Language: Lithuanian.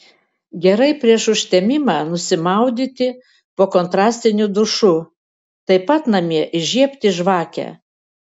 gerai prieš užtemimą nusimaudyti po kontrastiniu dušu taip pat namie įžiebti žvakę